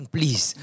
Please